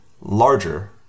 larger